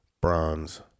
bronze